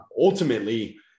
ultimately